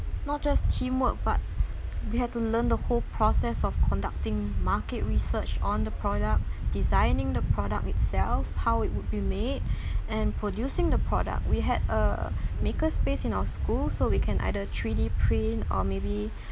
not just teamwork but we had to learn the whole process of conducting market research on the product designing the product itself how it would be made and producing the product we had a makerspace in our school so we can either three D print or maybe